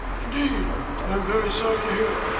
indeed! i am very sorry to hear it.